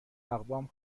اقوام